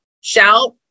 shout